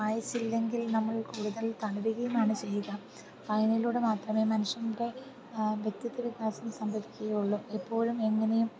വായിച്ചില്ലെങ്കിൽ നമ്മൾ കൂടുതൽ തളരുകയുമാണ് ചെയ്യുക വായനയിലൂടെ മാത്രമേ മനുഷ്യൻ്റെ വ്യക്തിത്വ വികാസം സംഭവിക്കുകയുള്ളൂ എപ്പോഴും എങ്ങനെയും